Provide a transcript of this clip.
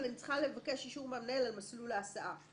את צריכה לבקש אישור מהמנהל על מסלול ההסעה.